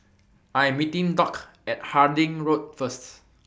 I Am meeting Dock At Harding Road First